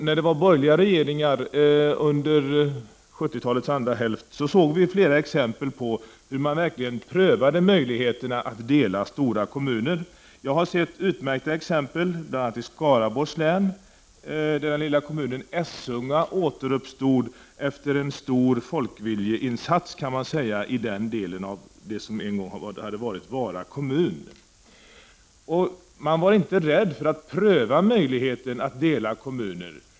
När vi hade borgerliga regeringar under 70-talets andra hälft såg vi flera exempel på hur man verkligen prövade möjligheterna att dela stora kommuner. Jag har sett utmärkta exempel bl.a. i Skaraborgs län, där den lilla kommunen Essunga återuppstod efter en stor folkviljeinsats i en del av det som var Vara kommun. Man var inte rädd för att pröva möjligheten att dela kommuner.